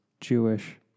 jewish